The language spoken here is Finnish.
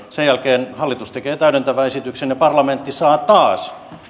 sen jälkeen hallitus tekee täydentävän esityksen ja parlamentti saa taas